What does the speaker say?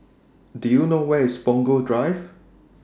Do YOU know Where IS Punggol Drive